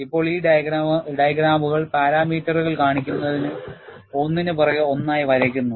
ഇപ്പോൾ ഈ ഡയഗ്രമുകൾ പാരാമീറ്ററുകൾ കാണിക്കുന്നതിന് ഒന്നിനു പുറകെ ഒന്നായി വരയ്ക്കുന്നു